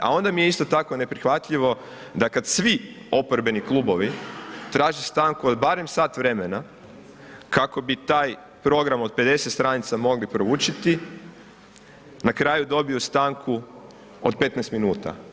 A onda mi je isto tako neprihvatljivo da kad svi oporbeni klubovi traže stanku od barem sat vremena kako bi taj program od 50 stranica mogli proučiti, na kraju dobiju stanku od 15 minuta.